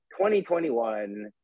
2021